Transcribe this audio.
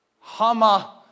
Hama